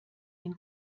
den